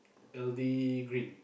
L_D Green